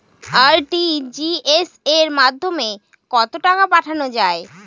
RTGS এর মাধ্যমে কত টাকা পাঠানো যায়?